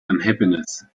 unhappiness